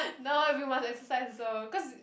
no we must exercise also cause